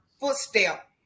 footstep